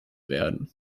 werden